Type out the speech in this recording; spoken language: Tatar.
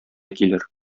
килер